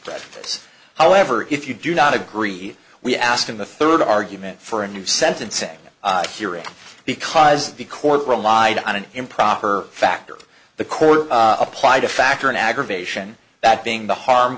preface however if you do not agree we asked him the third argument for a new sentencing hearing because the court relied on an improper factor of the court applied a factor in aggravation that being the harm